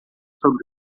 sobre